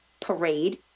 Parade